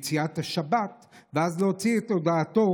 להמתין מעט ליציאת השבת ואז להוציא את הודעתו.